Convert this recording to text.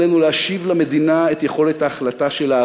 עלינו להשיב למדינה את יכולת ההחלטה שלה.